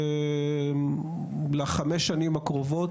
בטח לחמש שנים הקרובות,